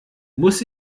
muss